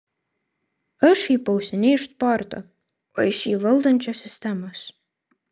aš šaipausi ne iš sporto o iš jį valdančios sistemos